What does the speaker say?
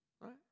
Right